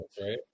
right